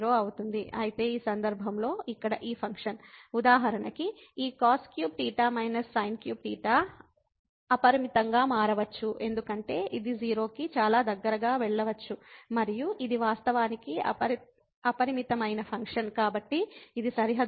అయితే ఈ సందర్భంలో ఇక్కడ ఈ ఫంక్షన్ ఉదాహరణకు ఈ cos3θ sin3θ అపరిమితంగా మారవచ్చు ఎందుకంటే ఇది 0 కి చాలా దగ్గరగా వెళ్ళవచ్చు మరియు ఇది వాస్తవానికి అపరిమితమైన ఫంక్షన్ కాబట్టి ఇది సరిహద్దు ఫంక్షన్ కాదు